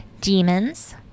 Demons